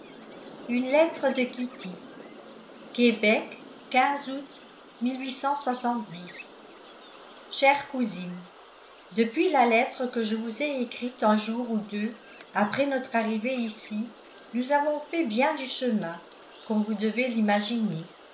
une lettre de kitty québec août chères cousines depuis la lettre que je vous ai écrite un jour ou deux après notre arrivée ici nous avons fait bien du chemin comme vous devez l'imaginer